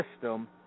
system